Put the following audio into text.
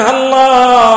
Allah